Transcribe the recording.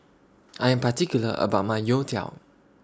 I Am particular about My Youtiao